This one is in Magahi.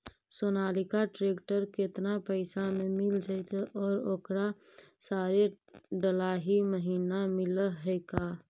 सोनालिका ट्रेक्टर केतना पैसा में मिल जइतै और ओकरा सारे डलाहि महिना मिलअ है का?